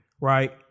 right